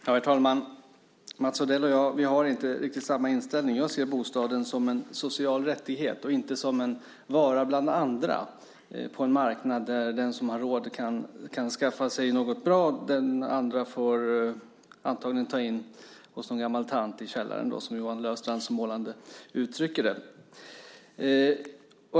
Herr talman! Mats Odell och jag har inte riktigt samma inställning. Jag ser bostaden som en social rättighet och inte som en vara bland andra på en marknad där den som har råd kan skaffa sig något bra medan andra får ta in i källaren hos någon gammal tant, som Johan Löfstrand så målande uttryckte det.